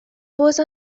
باز